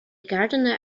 gardener